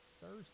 Thursday